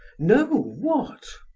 no what?